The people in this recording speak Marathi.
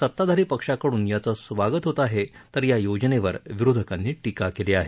सताधारी पक्षाकडून याचं स्वागत होतं आहे तर या योजनेवर विरोधकांनी टीका केली आहे